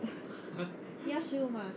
你要食物吗